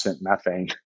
methane